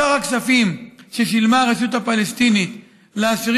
סך הכספים ששילמה הרשות הפלסטינית לאסירים